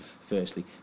Firstly